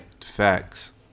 Facts